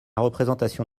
représentation